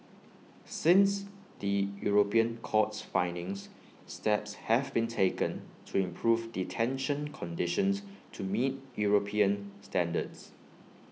since the european court's findings steps have been taken to improve detention conditions to meet european standards